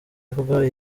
avuga